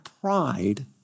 pride